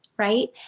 right